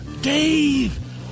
dave